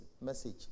Message